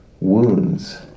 wounds